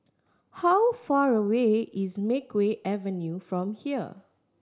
how far away is Makeway Avenue from here